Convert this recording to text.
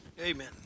Amen